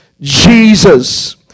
Jesus